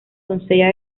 doncella